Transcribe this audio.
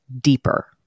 deeper